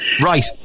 right